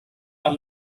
are